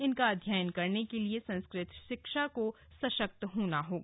इनका अध्ययन करने के लिए संस्कृत शिक्षा को सशक्त होना होगा